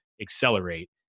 accelerate